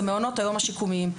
זה מעונות היום השיקומיים.